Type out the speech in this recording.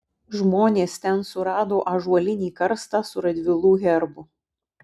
žmonės ten surado ąžuolinį karstą su radvilų herbu